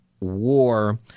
war